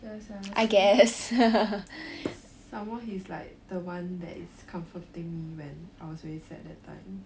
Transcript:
ya sia some some more he's like the one that is comforting me when I was very sad that time